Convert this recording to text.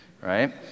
right